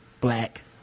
black